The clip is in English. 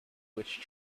which